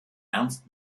ernst